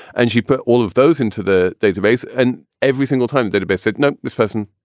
and she put all of those into the database. and every single time database said, no, this person,